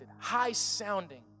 high-sounding